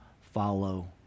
follow